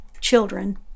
children